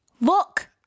Look